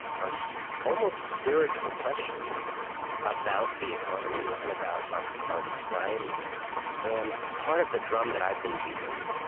are so almost spiritual questions about the economy and about our our society and part of the drum that i've been beating,